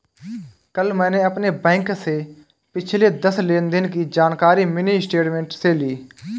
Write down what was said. कल मैंने अपने बैंक से पिछले दस लेनदेन की जानकारी मिनी स्टेटमेंट से ली